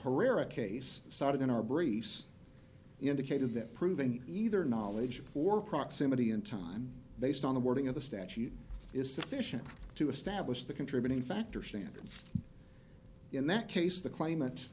herrera case cited in our briefs indicated that proving either knowledge or proximity in time based on the wording of the statute is sufficient to establish the contributing factor standard in that case the claima